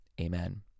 Amen